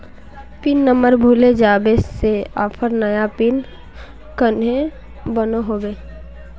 Pin number भूले जाले से ऑफर नया पिन कन्हे बनो होबे?